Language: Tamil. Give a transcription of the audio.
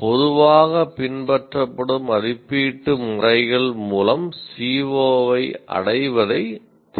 பொதுவாக பின்பற்றப்படும் மதிப்பீட்டு வழிமுறைகள் மூலம் CO ஐ அடைவதை தீர்மானிக்க முடியும்